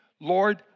Lord